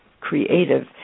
creative